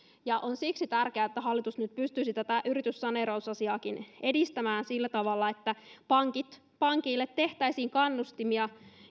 siksi on tärkeää että hallitus nyt pystyisi tätä yrityssaneerausasiaakin edistämään sillä tavalla että pankeille tehtäisiin kannustimia